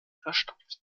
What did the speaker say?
verstopft